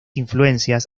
influencias